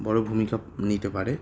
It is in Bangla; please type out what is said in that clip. বড়ো ভূমিকা নিতে পারে